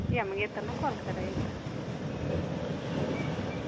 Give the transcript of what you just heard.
या मग येताना कॉल करा एकदा